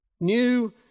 new